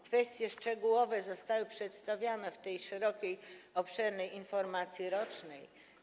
Kwestie szczegółowe zostały przedstawione w tej szerokiej, obszernej informacji rocznej.